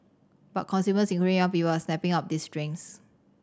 but consumers including young people are snapping up these drinks